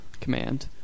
command